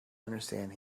understand